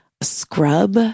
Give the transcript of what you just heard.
scrub